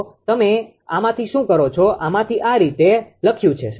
તો તમે આમાંથી શું કરો છો આમાંથી આ આ રીતે લખ્યું છે